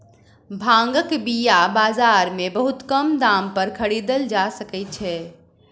भांगक बीया बाजार में बहुत कम दाम पर खरीदल जा सकै छै